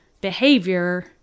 behavior